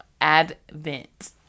Advent